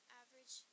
average